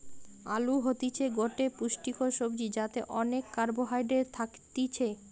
আলু হতিছে গটে পুষ্টিকর সবজি যাতে অনেক কার্বহাইড্রেট থাকতিছে